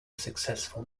successful